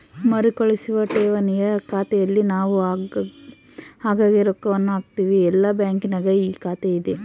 ಮರುಕಳಿಸುವ ಠೇವಣಿಯ ಖಾತೆಯಲ್ಲಿ ನಾವು ಆಗಾಗ್ಗೆ ರೊಕ್ಕವನ್ನು ಹಾಕುತ್ತೇವೆ, ಎಲ್ಲ ಬ್ಯಾಂಕಿನಗ ಈ ಖಾತೆಯಿದೆ